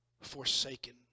forsaken